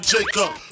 Jacob